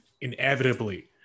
inevitably